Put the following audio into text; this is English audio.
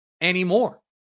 anymore